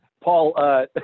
Paul